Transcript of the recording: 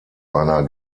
einer